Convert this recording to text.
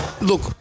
look